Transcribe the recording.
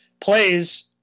plays